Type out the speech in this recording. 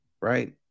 right